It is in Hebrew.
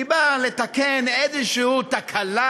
היא באה לתקן איזו תקלה,